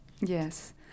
Yes